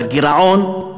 בגירעון.